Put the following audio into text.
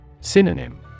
Synonym